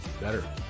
better